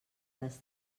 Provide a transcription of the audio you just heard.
les